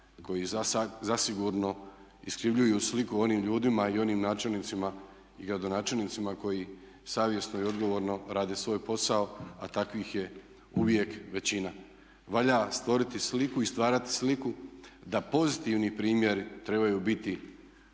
koji zasigurno iskrivljuju sliku onim ljudima i onim načelnicima i gradonačelnicima koji savjesno i odgovorno rade svoj posao a takvih je uvijek većina. Valja stvoriti sliku i stvarati sliku da pozitivni primjeri trebaju biti